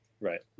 Right